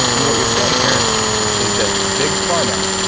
and what you're saying here is that big pharma